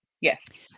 yes